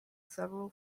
several